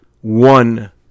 one